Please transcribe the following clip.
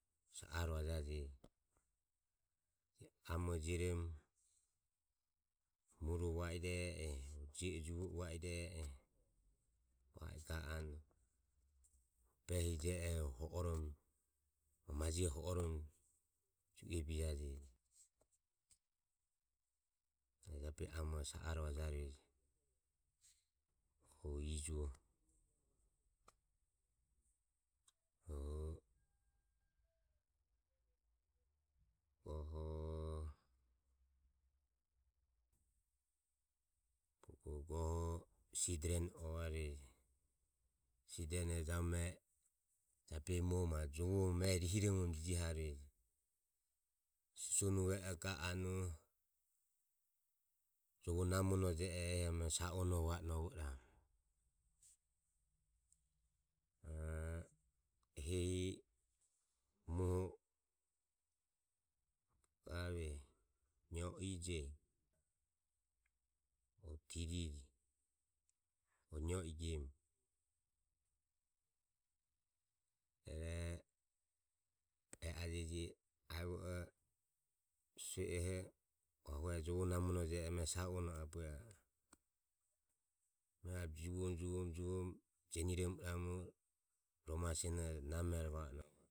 Sa are Vajajeji. Hehi amore jioromo va i e e, juvo va i e e oho va i ga anue behire je oho ho oromo ma majeho ho oromo ju e bijaje hehi amoho sa are je o ijuoho. Rohu goho sidorene uavarueje, sidorenoho jabehi muoho ma jovoho ehi rihiromo jiji haure. Sisonuve oho ga anue jovo namono je ero ame sau o no va o novo iramu. a hehi muoho bogo gae nio i je tiri je nio i gemu e a jeji aevo ioho hu ahua jovo namono je ero sa u o no abue a e juvoromo juvoromo jeniromo iramu rohu masenoho namero va o novo a e